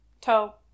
Toe